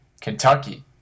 Kentucky